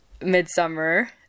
midsummer